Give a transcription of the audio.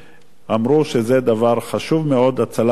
אמרו שזה דבר חשוב מאוד, הצלת החיים.